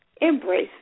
embrace